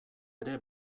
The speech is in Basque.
ere